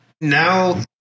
Now